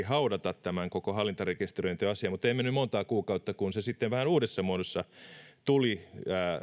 haudata tämän koko hallintarekisteröintiasian mutta ei mennyt monta kuukautta kun se sitten vähän uudessa muodossa tuli